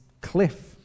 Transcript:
cliff